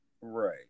Right